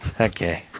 Okay